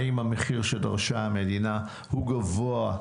האם המחיר שדרשה המדינה הוא גבוה?